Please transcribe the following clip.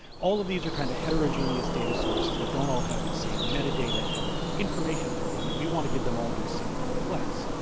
all of these are kind of heterogeneous data sources that don't all have the same metadata and information for them. and we want to give them all to a single pane of glass.